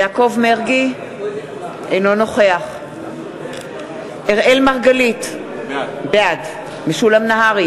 אינו נוכח אראל מרגלית, בעד משולם נהרי,